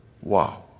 Wow